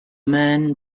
men